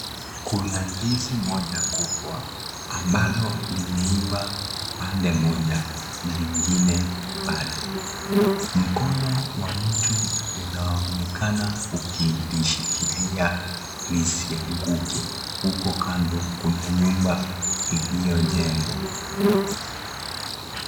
Kuna ndizi moja kubwa ambalo limeiva pande moja na ingine bado. Mkono wa mtu unaonekana ukilishikilia lisianguke. Huko kando kuna nyumba iliyojengwa.